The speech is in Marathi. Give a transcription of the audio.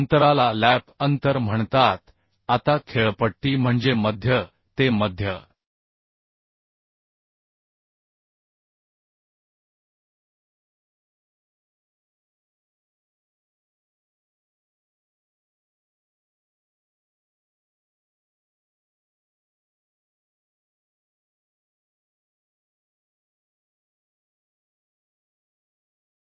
अंतराला लॅप अंतर म्हणतात आता पीच म्हणजे मध्य ते मध्य शेजारच्या बोल्टचे अंतर म्हणजे शेजारच्या बोल्ट किंवा रिवेट्सचे मध्य ते मध्य स्ट्रेस च्या दिशेने मोजलेले अंतर होय